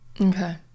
okay